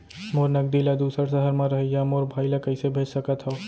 मोर नगदी ला दूसर सहर म रहइया मोर भाई ला कइसे भेज सकत हव?